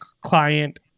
client